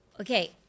Okay